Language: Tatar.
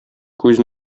күз